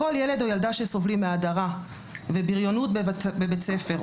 כל ילד או ילדה שסובלים מהדרה ובריונות בבית ספר,